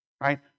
right